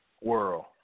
world